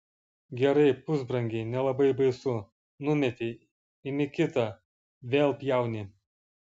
gerai pusbrangiai nelabai baisu numetei imi kitą vėl pjauni